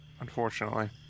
Unfortunately